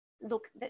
look